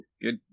Good